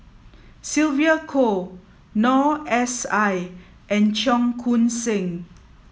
Sylvia Kho Noor S I and Cheong Koon Seng